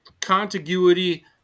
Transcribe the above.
contiguity